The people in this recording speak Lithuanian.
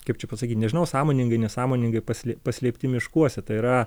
kaip čia pasakyt nežinau sąmoningai nesąmoningai paslė paslėpti miškuose tai yra